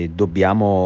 dobbiamo